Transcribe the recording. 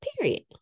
Period